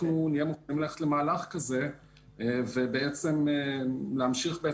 אנחנו נהיה מוכנים ללכת למהלך כזה ולמעשה להמשיך את